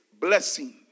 blessing